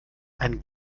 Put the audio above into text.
ein